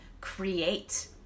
create